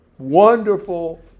wonderful